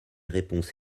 réponses